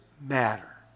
matter